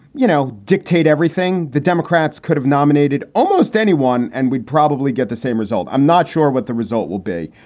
you know, dictate everything. the democrats could have nominated almost anyone and we'd probably get the same result. i'm not sure what the result will be,